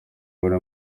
buri